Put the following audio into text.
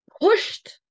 pushed